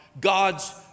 God's